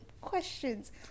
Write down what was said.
Questions